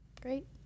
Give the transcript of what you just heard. great